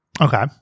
Okay